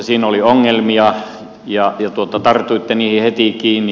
siinä oli ongelmia ja tartuitte niihin heti kiinni